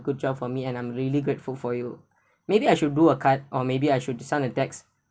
good job for me and I'm really grateful for you maybe I should do a card or maybe I should sound and text